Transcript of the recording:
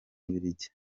bubiligi